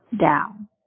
down